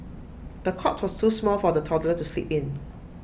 the cot was too small for the toddler to sleep in